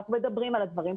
אנחנו מדברים על הדברים,